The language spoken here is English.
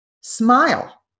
Smile